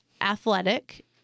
athletic